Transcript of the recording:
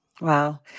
Wow